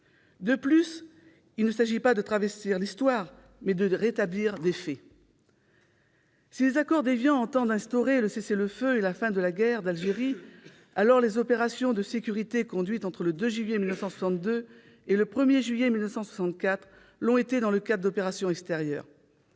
De plus, il ne s'agit pas de travestir l'histoire, mais de rétablir des faits. Si les accords d'Évian entendent instaurer le cessez-le-feu et la fin de la guerre d'Algérie, alors les opérations de sécurité conduites entre le 2 juillet 1962 et le 1 juillet 1964 l'ont été dans le cadre d'opérations extérieures.